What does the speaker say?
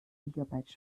gigabyte